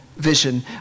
vision